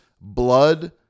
blood